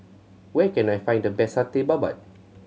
where can I find the best Satay Babat